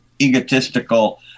egotistical